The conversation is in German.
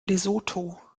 lesotho